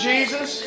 Jesus